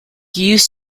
used